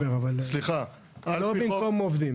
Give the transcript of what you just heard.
לא במקום עובדים.